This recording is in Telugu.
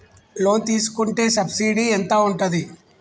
లోన్ తీసుకుంటే సబ్సిడీ ఎంత ఉంటది?